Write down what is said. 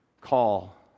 call